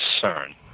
concern